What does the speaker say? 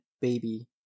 baby